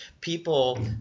people